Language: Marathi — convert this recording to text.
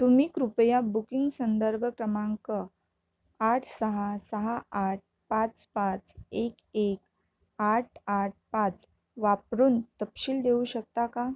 तुम्ही कृपया बुकिंग संदर्भ क्रमांक आठ सहा सहा आठ पाच पाच एक एक आठ आठ पाच वापरून तपशील देऊ शकता का